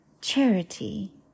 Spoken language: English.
charity